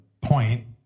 point